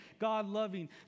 God-loving